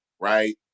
right